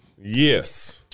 Yes